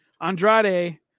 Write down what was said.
Andrade